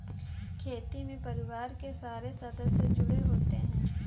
खेती में परिवार के सारे सदस्य जुड़े होते है